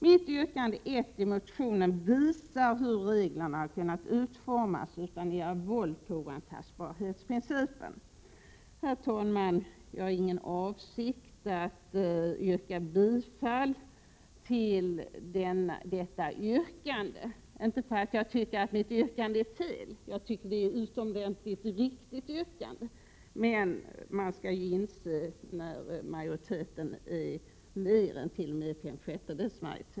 Mitt yrkande 1 i motionen visar hur reglerna hade kunnat utformas utan att göra våld på oantastbarhetsprincipen. Herr talman! Jag har ingen avsikt att yrka bifall till detta yrkande —-inte för att jag tycker att mitt yrkande är felaktigt, jag tycker det är utomordentligt riktigt — men man skall ju inse när majoriteten är större än t.o.m. fem sjättedelar.